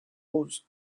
roses